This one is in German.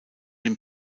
den